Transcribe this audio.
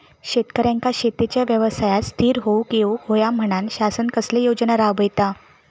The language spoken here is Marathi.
शेतकऱ्यांका शेतीच्या व्यवसायात स्थिर होवुक येऊक होया म्हणान शासन कसले योजना राबयता?